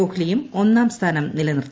കോഹ്ലിയും ഒന്നാം സ്ഥാനം നിലനിർത്തി